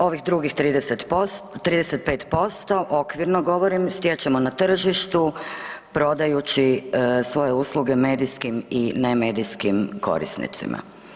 Ovih drugih 35%, okvirno govorim, stječemo na tržištu prodajući svoje usluge medijskim i nemedijskim korisnicima.